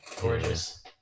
gorgeous